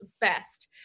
best